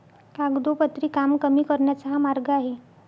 कागदोपत्री काम कमी करण्याचा हा मार्ग आहे